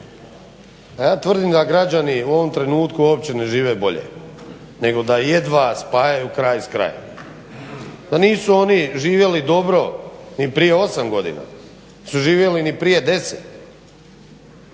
Ja tvrdim da građani u ovom trenutku uopće ne žive bolje nego da jedva spajaju kraj s krajem, da nisu oni živjeli dobro ni prije osam godina, nisu živjeli ni prije deset